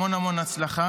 המון המון הצלחה.